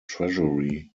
treasury